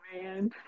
man